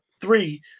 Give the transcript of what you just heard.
three